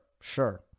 sure